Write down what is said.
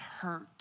hurt